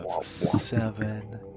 seven